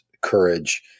courage